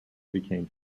became